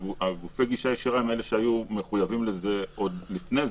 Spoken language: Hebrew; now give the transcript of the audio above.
גופי הגישה הישירה הם אלה שהיו מחויבים לזה עוד לפני זה.